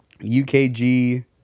UKG